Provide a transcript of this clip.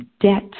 debt